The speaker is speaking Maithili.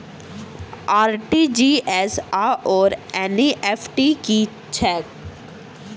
आर.टी.जी.एस आओर एन.ई.एफ.टी की छैक?